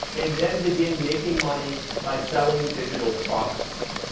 and then begin making money by selling digital products.